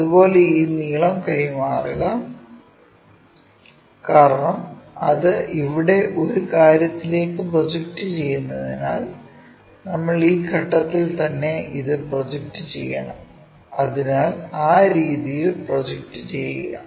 അതുപോലെ ഈ നീളം കൈമാറുക കാരണം അത് ഇവിടെ ഒരു കാര്യത്തിലേക്ക് പ്രൊജക്റ്റ് ചെയ്യുന്നതിനാൽ നമ്മൾ ഈ ഘട്ടത്തിൽ തന്നെ ഇത് പ്രൊജക്റ്റ് ചെയ്യണം അതിനാൽ ആ രീതിയിൽ പ്രൊജക്റ്റ് ചെയ്യുക